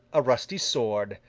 a rusty sword,